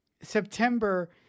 September